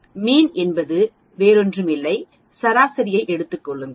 மீண் என்பது ஒன்றுமில்லை சராசரியை எடுத்துக் கொள்ளுங்கள்